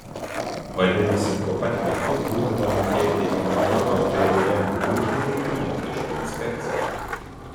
vadinasi tuo pat metu būtina mokėti importo pvm muitinei ir mokesčių inspekcijai